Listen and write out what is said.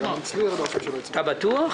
בקשה